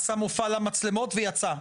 עשה מופע למצלמות ויצא.